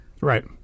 Right